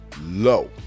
low